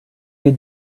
you